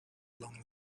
along